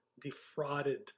defrauded